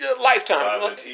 Lifetime